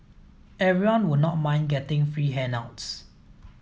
everyone would not mind getting free handouts